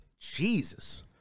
Jesus